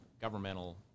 governmental